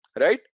right